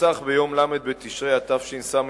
נרצח ביום ל' בתשרי התשס"ב,